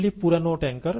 এগুলি পুরানো ট্যাংকার